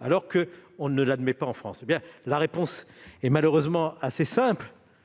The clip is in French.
alors qu'on ne l'admet pas en France. La réponse est malheureusement assez simple.